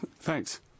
Thanks